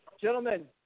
gentlemen